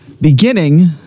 Beginning